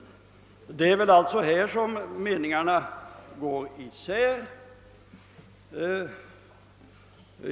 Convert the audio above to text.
Det är alltså härvidlag som meningarna går isär.